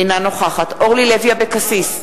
אינה נוכחת אורלי לוי אבקסיס,